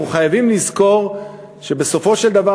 אנחנו חייבים לזכור שבסופו של דבר